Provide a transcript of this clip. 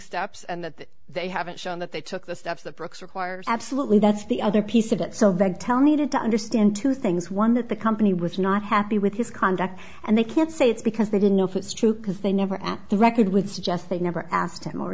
steps and that they haven't shown that they took the steps that brooks requires absolutely that's the other piece of it so veg tell needed to understand two things one that the company was not happy with his conduct and they can't say it's because they don't know if it's true because they never at the record would suggest they never asked him or